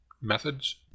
methods